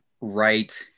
right